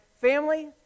family